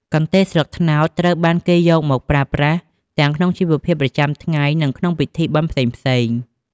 កន្ទេលស្លឹកត្នោត ត្រូវបានគេយកមកប្រើប្រាស់ទាំងក្នុងជីវភាពប្រចាំថ្ងៃ និងក្នុងពិធីបុណ្យផ្សេងៗ។